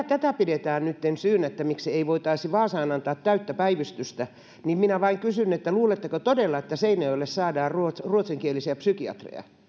tätä pidetään nytten syynä miksi ei voitaisi vaasaan antaa täyttä päivystystä niin minä vain kysyn että luuletteko todella että seinäjoelle saadaan ruotsinkielisiä psykiatreja